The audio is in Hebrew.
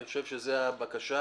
אני חושב שזו הבקשה.